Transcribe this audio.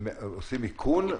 הם עושים איכון,